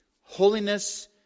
Holiness